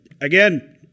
again